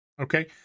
okay